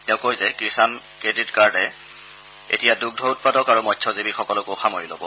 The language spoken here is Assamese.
তেওঁ কয় যে কিষাণ ক্ৰেডিট কাৰ্ডে এতিয়া দুগ্ধ উৎপাদক আৰু মংস্যজীৱীসকলকো সামৰি ল'ব